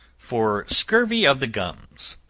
for scurvy of the gums.